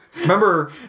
Remember